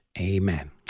Amen